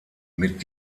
mit